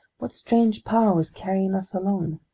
what strange power was carrying us along?